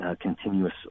continuous